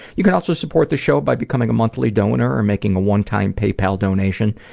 you can also support the show by becoming a monthly donor or making a one-time paypal donation.